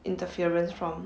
interference from